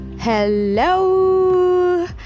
hello